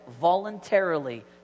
voluntarily